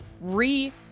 re